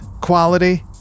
quality